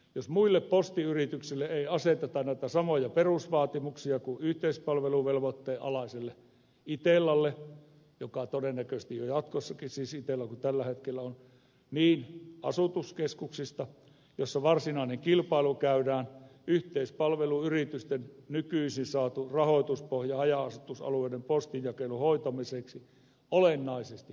jos muille postiyrityksille ei aseteta näitä samoja perusvaatimuksia kuin yleispalveluvelvoitteen alaiselle itellalle joka todennäköisesti on jatkossakin siis itella mikä tälläkin hetkellä on niin asutuskeskuksista joissa varsinainen kilpailu käydään yleispalveluyrityksen nykyisin saama rahoituspohja haja asutusalueiden postinjakelun hoitamiseksi olennaisesti heikkenee